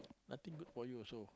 nothing good for you also